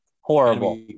horrible